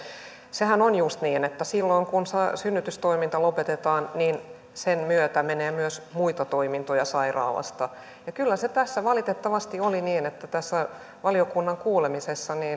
sehän on juuri niin että silloin kun synnytystoiminta lopetetaan niin sen myötä menee myös muita toimintoja sairaalasta kyllä se tässä valitettavasti oli niin että tässä valiokunnan kuulemisessa